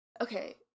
okay